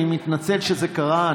אני מתנצל שזה קרה.